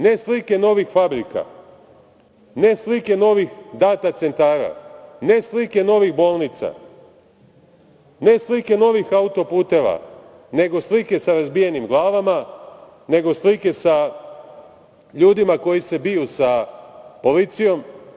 Ne slike novih fabrika, ne slike novih data centara, ne slike novih bolnica, ne slike novih autoputeva, nego slike sa razbijenim glavama, nego slike sa ljudima koji se biju sa policijom.